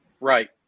Right